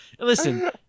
Listen